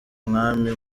umwami